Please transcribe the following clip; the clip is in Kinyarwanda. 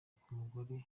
k’umugore